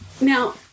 Now